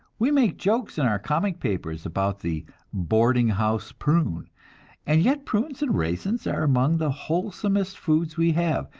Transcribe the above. we make jokes in our comic papers about the boarding-house prune and yet prunes and raisins are among the wholesomest foods we have,